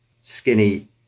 skinny